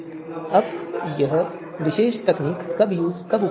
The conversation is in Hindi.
अब यह विशेष तकनीक कब उपयोगी होगी